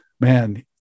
man